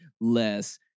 less